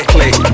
Click